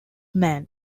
man